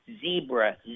Zebra